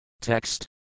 Text